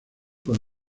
con